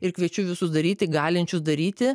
ir kviečiu visus daryti galinčius daryti